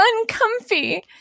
uncomfy